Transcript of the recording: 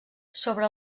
sobre